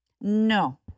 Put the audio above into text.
No